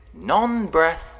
non-breath